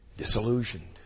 Disillusioned